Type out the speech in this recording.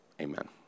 Amen